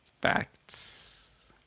Facts